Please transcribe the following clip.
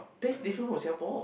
taste different from Singapore